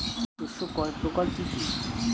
শস্য কয় প্রকার কি কি?